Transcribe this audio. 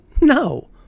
No